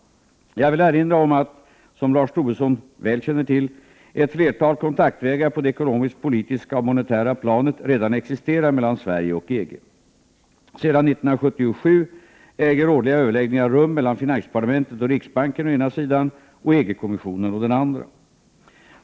Jag vill erinra om att, som Lars Tobisson väl känner till, ett flertal kontaktvägar på det ekonomisk-politiska och monetära planet redan existerar mellan Sverige och EG. Sedan 1977 äger årliga överläggningar rum mellan finansdepartementet och riksbanken å ena sidan och EG-kommissionen å den andra.